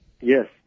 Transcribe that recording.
Yes